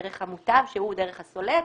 דרך המוטב שהוא דרך הסולק,